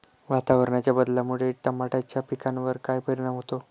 वातावरणाच्या बदलामुळे टमाट्याच्या पिकावर काय परिणाम होतो?